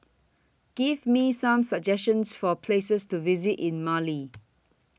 Give Me Some suggestions For Places to visit in Male